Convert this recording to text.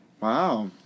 Wow